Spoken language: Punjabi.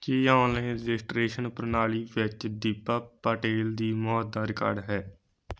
ਕੀ ਔਨਲਾਈਨ ਰਜਿਸਟ੍ਰੇਸ਼ਨ ਪ੍ਰਣਾਲੀ ਵਿੱਚ ਦੀਪਾ ਪਟੇਲ ਦੀ ਮੌਤ ਦਾ ਰਿਕਾਰਡ ਹੈ